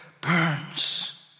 burns